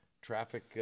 Traffic